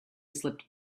slipped